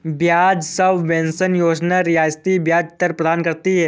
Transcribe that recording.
ब्याज सबवेंशन योजना रियायती ब्याज दर प्रदान करती है